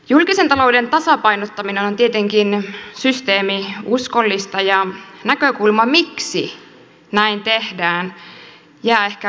julkisen talouden tasapainottaminen on tietenkin systeemiuskollista ja näkökulma miksi näin tehdään jää ehkä usein huomiotta